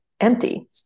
empty